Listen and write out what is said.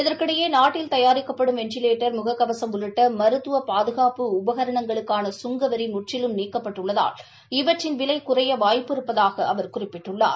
இதற்கிடையே நாட்டில் தயாரிக்கப்படும் வெண்டிலேட்டர் முக கவசம் உள்ளிட்ட மருத்துவ பாதுகாப்பு உபகரணங்களுக்கான சுங்கவரி முற்றிலும் நீக்கப்பட்டுள்ளதால் இவற்றின் விலை குறைய வாயப்பு இருப்பதாக அவர் குறிப்பிட்டுள்ளார்